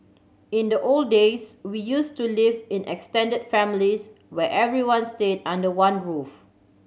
in the old days we used to live in extended families where everyone stayed under one roof